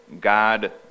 God